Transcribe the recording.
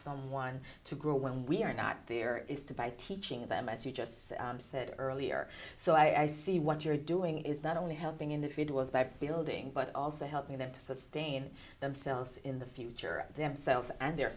someone to grow when we are not there is to by teaching them as you just said earlier so i see what you're doing is not only helping individuals back building but also help me that to sustain themselves in the future of themselves and their